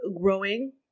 Growing